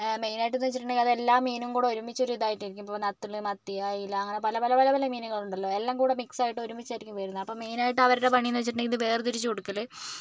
main ആയിട്ട് എന്ന് വെച്ചിട്ടുണ്ടേൽ അത് എല്ലാ മീനും കൂടി ഒരുമിച്ച് ഒരു ഇതായിട്ട് ഇരിക്കും ഇപ്പോൾ നെത്തോലി മത്തി അയല അങ്ങനെ പല പല പല പല മീനുകൾ ഉണ്ടല്ലോ എല്ലാം കൂടെ മിക്സയിട്ട് ഒരുമിച്ചായിരിക്കും വരുന്നത് അപ്പോൾ മെയിൻ ആയിട്ട് അവരുടെ പണി എന്ന് വെച്ചിട്ടുണ്ടേൽ ഇത് വേർതിരിച്ച് കൊടുക്കല്